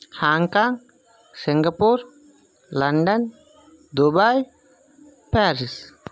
Hong Kong Singapore London Dubai Paris